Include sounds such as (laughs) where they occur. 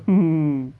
(laughs)